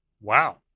Wow